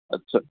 अच्छा